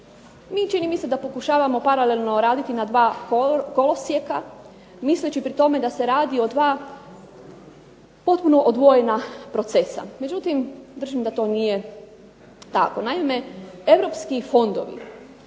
Mi čini mi se da pokušavamo paralelno raditi na dva kolosijeka, misleći pri tome da se radi o dva potpuno odvojena procesa međutim, držim da to nije tako. Europski fondovi